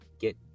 get